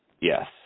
Yes